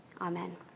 Amen